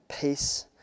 peace